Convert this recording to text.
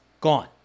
gone